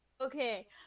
Okay